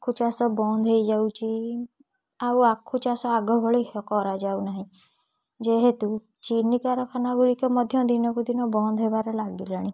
ଆଖୁ ଚାଷ ବନ୍ଦ ହେଇଯାଉଛି ଆଉ ଆଖୁ ଚାଷ ଆଗ ଭଳି କରାଯାଉ ନାହିଁ ଯେହେତୁ ଚିନି କାରଖାନା ଗୁଡ଼ିକ ମଧ୍ୟ ଦିନକୁ ଦିନ ବନ୍ଦ ହେବାରେ ଲାଗିଲାଣି